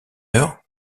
heure